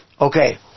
Okay